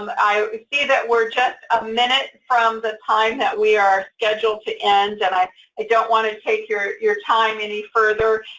and i see that we're just a minute from the time that we are scheduled to end, and i don't want to take your your time any further.